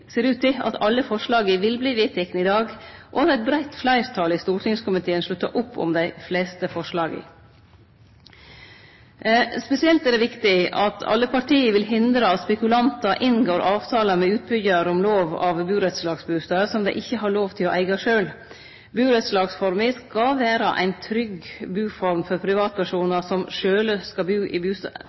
ser ut til at alle forslaga vil verte vedtekne i dag, og at eit breitt fleirtal i stortingskomiteen sluttar opp om dei fleste forslaga. Spesielt er det viktig at alle parti vil hindre at spekulantar inngår avtalar med utbyggjar om kjøp av burettsbustader som dei ikkje har lov til å eige sjølve. Burettslagsforma skal vere ei trygg buform for privatpersonar som sjølve skal bu i bustaden,